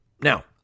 Now